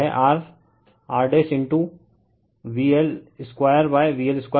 तो यह इक्वेशन 2 है